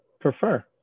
prefer